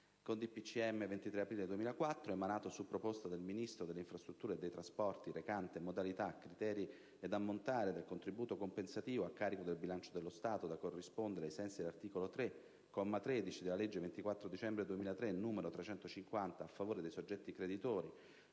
del 23 aprile 2004, emanato su proposta del Ministro delle infrastrutture e dei trasporti, recante: «Modalità, criteri ed ammontare del contributo compensativo a carico del bilancio dello Stato, da corrispondere ai sensi dell'articolo 3, comma 13, della legge 24 dicembre 2003, n. 350, a favore dei soggetti creditori